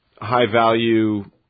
high-value